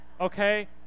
okay